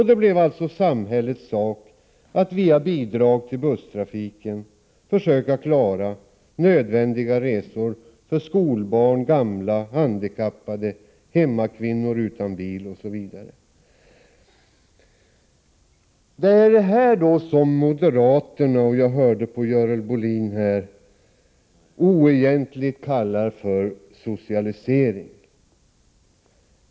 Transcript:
Det blev alltså samhällets sak att via bidrag till busstrafiken försöka klara nödvändiga resor för skolbarn, gamla, handikappade, hemmakvinnor utan bil osv. Det är det här som moderaterna — jag hörde på Görel Bohlin — oegentligt kallar för socialisering.